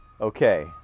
okay